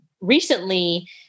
recently